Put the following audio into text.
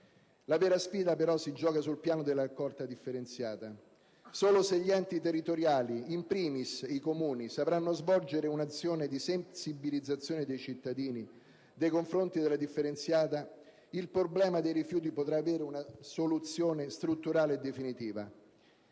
La vera sfida si gioca però sul piano della raccolta differenziata. Solo se gli enti territoriali, *in primis* i Comuni, sapranno svolgere un'azione di sensibilizzazione dei cittadini nei confronti della raccolta differenziata, il problema dei rifiuti potrà avere una soluzione strutturale e definitiva.